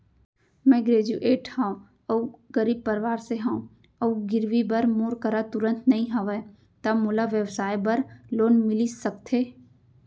मैं ग्रेजुएट हव अऊ गरीब परवार से हव अऊ गिरवी बर मोर करा तुरंत नहीं हवय त मोला व्यवसाय बर लोन मिलिस सकथे?